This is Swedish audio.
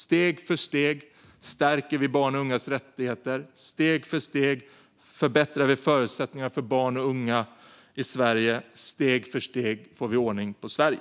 Steg för steg stärker vi barns och ungas rättigheter. Steg för steg förbättrar vi förutsättningarna för barn och unga i Sverige. Steg för steg får vi ordning på Sverige.